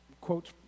quotes